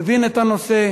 מבין את הנושא.